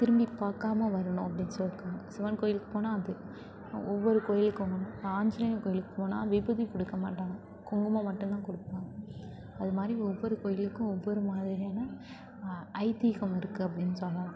திரும்பி பார்க்கம வரணும் அப்படின் சொல்லியிருக்காங்க சிவன் கோயிலுக்குப் போனால் அது ஒவ்வொரு கோயிலுக்கும் ஒவ்வொன்று இப்போ ஆஞ்சனேயர் கோயிலுக்குப் போனால் விபூதி கொடுக்க மாட்டாங்க குங்குமம் மட்டுந்தான் கொடுப்பாங்க அது மாதிரி ஒவ்வொரு கோயிலுக்கும் ஒவ்வொரு மாதிரியான ஐதீகம் இருக்குது அப்படினு சொல்லலாம்